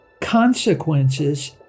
Consequences